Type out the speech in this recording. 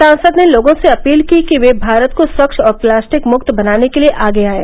सांसद ने लोगों से अपील की कि ये भारत को स्वच्छ और प्लास्टिक मुक्त बनाने के लिये आगे आयें